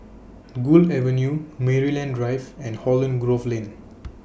Gul Avenue Maryland Drive and Holland Grove Lane